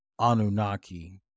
Anunnaki